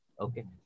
Okay